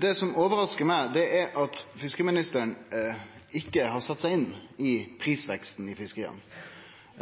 Det som overraskar meg, er at fiskeriministeren ikkje har sett seg inn i prisauken i fiskeria.